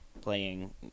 playing